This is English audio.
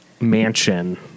mansion